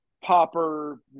popper